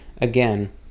again